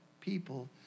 people